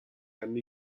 anni